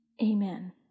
Amen